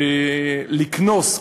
לקנוס,